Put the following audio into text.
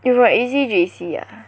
you from A_C_J_C ah